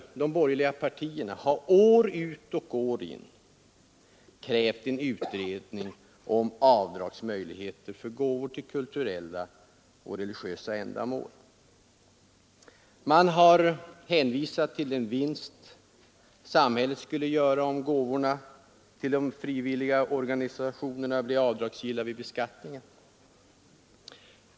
De borgerliga partierna har år ut och år in krävt en utredning om avdragsmöjligheter för gåvor till kulturella och religiösa ändamål. Man har hänvisat till den vinst samhället skulle göra om gåvorna till de frivilliga organisationerna blev avdragsgilla vid beskattningen.